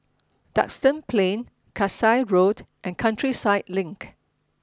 Duxton Plain Kasai Road and Countryside Link